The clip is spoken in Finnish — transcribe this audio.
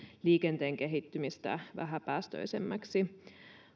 liikenteen kehittymistä vähäpäästöisemmäksi